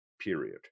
period